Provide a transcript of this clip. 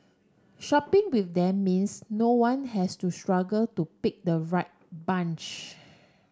shopping with them means no one has to struggle to pick the right bunch